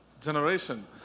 generation